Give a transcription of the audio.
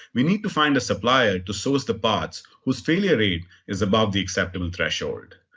we need to find a supplier to source the parts whose failure rate is above the acceptable threshold.